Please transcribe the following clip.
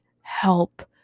help